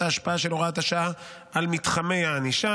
ההשפעה של הוראת השעה על מתחמי הענישה,